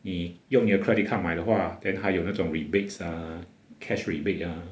你用你的 credit card 买的话 then 还有那种 rebates ah cash rebate ah